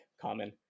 common